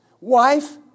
wife